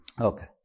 Okay